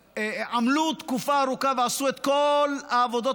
שעמלו תקופה ארוכה ועשו את כל העבודות